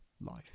life